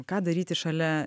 ką daryti šalia